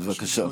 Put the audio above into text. בבקשה.